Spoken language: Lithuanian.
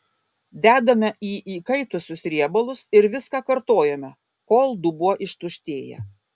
dedame į įkaitusius riebalus ir viską kartojame kol dubuo ištuštėja